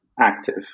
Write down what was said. active